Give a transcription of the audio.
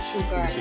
Sugar